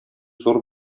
зур